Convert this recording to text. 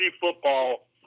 football